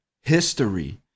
history